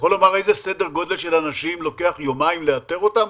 איזה סדר גודל של חולים מאומתים לוקח יומיים לאתר אותם?